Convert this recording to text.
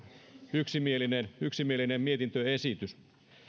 yksimielinen yksimielinen mietintöesitys